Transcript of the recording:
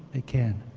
they can.